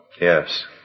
Yes